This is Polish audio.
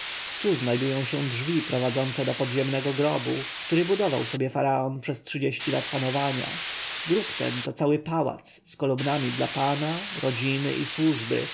tu znajdują się drzwi prowadzące do podziemnego grobu który budował sobie faraon przez trzydzieści lat panowania grób ten to cały pałac z komnatami dla pana rodziny i służby